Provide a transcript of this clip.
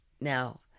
now